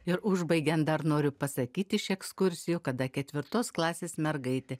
ir užbaigiant dar noriu pasakyti iš ekskursijų kada ketvirtos klasės mergaitė